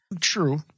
True